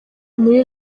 muri